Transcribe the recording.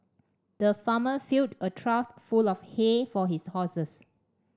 the farmer filled a trough full of hay for his horses